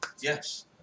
Yes